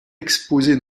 exposé